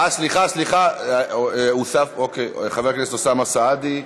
אה, סליחה, חבר הכנסת אוסאמה סעדי.